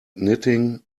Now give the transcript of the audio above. knitting